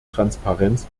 transparenz